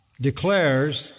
declares